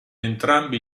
entrambi